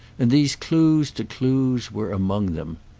and these clues to clues were among them.